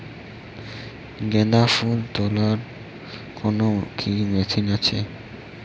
গাঁদাফুল তোলার কোন মেশিন কি আছে?